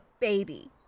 baby